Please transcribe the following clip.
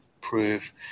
prove